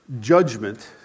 judgment